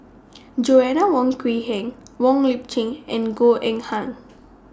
Joanna Wong Quee Heng Wong Lip Chin and Goh Eng Han